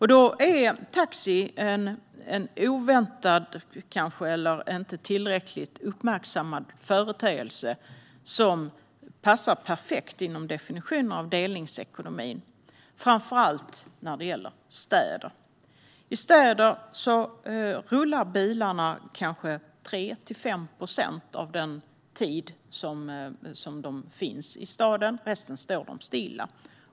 Taxi är en oväntad, eller en inte tillräckligt uppmärksammad, företeelse som passar perfekt inom definitionen av delningsekonomin, framför allt när det gäller städer. I städer rullar bilarna kanske 3-5 procent av den tid som de finns i staden. Resten av tiden står de stilla.